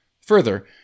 Further